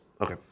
Okay